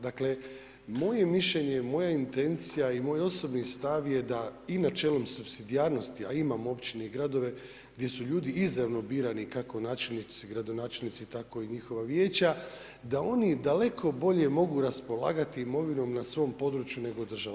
Dakle, moje je mišljenje, moja intencija i moj osobni stav je da i načelom supsidijarnosti, a imamo općine i gradove gdje su ljudi izravno birani kako načelnici, gradonačelnici, tako i njihova vijeća, da oni daleko bolje mogu raspolagati imovinom na svom području nego država.